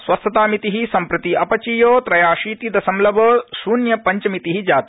स्वस्थतामिति सम्प्रति अपचीय त्रयाशीति दशमलव शून्य पंचमिति जाता